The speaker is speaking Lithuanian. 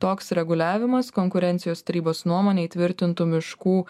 toks reguliavimas konkurencijos tarybos nuomone įtvirtintų miškų